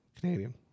Canadian